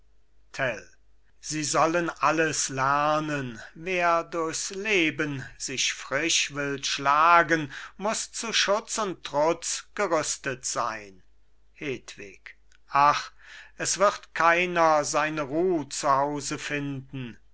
sie sollen alles lernen wer durchs leben sich frisch will schlagen muss zu schutz und trutz gerüstet sein hedwig ach es wird keiner seine ruh zu hause finden